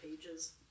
pages